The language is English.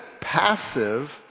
passive